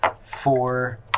four